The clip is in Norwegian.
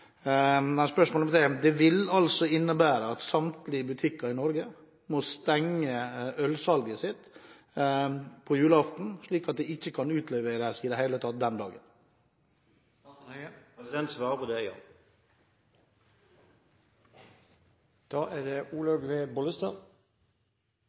det altså innebære at samtlige butikker i Norge må stenge ølsalget sitt på julaften, slik at det ikke kan utleveres øl i det hele tatt den dagen? Svaret på det er ja. Vi er midt i julebordtiden. Det